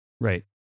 Right